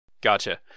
Gotcha